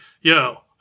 yo